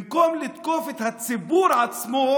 במקום לתקוף את הציבור עצמו,